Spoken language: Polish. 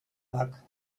tak